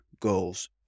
goals